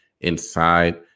inside